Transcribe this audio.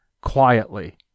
quietly